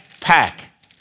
pack